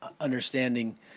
understanding